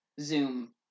Zoom